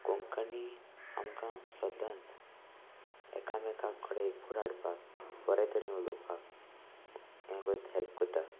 कोंकणी आमकां सदांच एकामेकाक कडेन एकोडे हाडपाक बरे तरेन उलोवपाक हें करत हेल्प करता